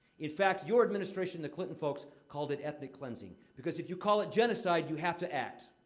in fact, your administration the clinton folks called it ethnic cleansing, because if you call it genocide, you have to act.